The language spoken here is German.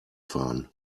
fahren